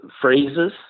phrases